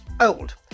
old